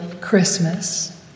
Christmas